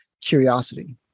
curiosity